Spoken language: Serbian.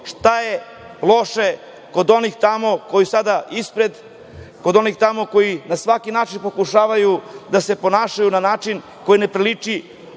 šta je loše kod onih tamo koji su sada ispred, kod onih tamo koji na svaki način pokušavaju da se ponašaju na način koji ne priliči